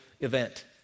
event